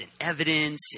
evidence